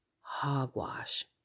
Hogwash